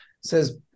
says